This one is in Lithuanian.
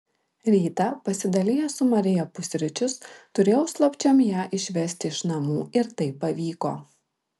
rytą pasidalijęs su marija pusryčius turėjau slapčiom ją išvesti iš namų ir tai pavyko